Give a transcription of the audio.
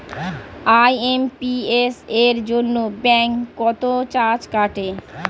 IMPS এর জন্য bank কত চার্জ কাটে?